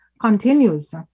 continues